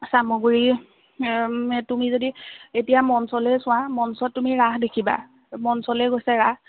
চামগুৰিৰ তুমি যদি এতিয়া মঞ্চলৈ চোৱা মঞ্চত তুমি ৰাস দেখিবা মঞ্চলৈ গৈছে ৰাস